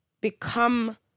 become